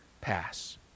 pass